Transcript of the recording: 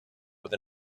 with